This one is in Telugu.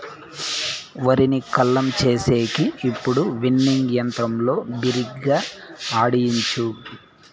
వరిని కల్లం చేసేకి ఇప్పుడు విన్నింగ్ యంత్రంతో బిరిగ్గా ఆడియచ్చు